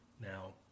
Now